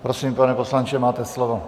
Prosím, pane poslanče, máte slovo.